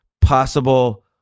possible